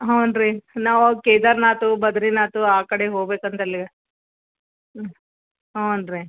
ಹ್ಞೂ ಡ್ರಿ ನಾವು ಕೇದಾರ್ನಾಥ ಬದರೀನಾಥ ಆ ಕಡೆ ಹೊಗ್ಬೇಕೆಂದಲ್ಲಿ ಹ್ಞೂ ಹ್ಞೂ ರೀ